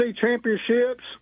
championships